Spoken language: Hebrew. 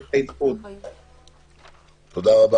תודה.